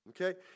okay